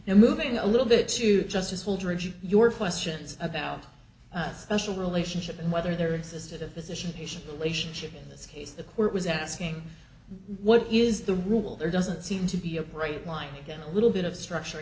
now moving a little bit to justice will your questions about special relationship and whether there existed a physician patient relationship in this case the court was asking what is the rule there doesn't seem to be a bright line again a little bit of structure